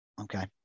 Okay